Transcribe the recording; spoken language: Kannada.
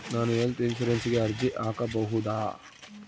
ನಾನು ಹೆಲ್ತ್ ಇನ್ಶೂರೆನ್ಸಿಗೆ ಅರ್ಜಿ ಹಾಕಬಹುದಾ?